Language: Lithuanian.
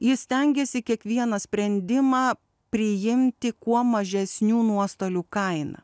jis stengėsi kiekvieną sprendimą priimti kuo mažesnių nuostolių kaina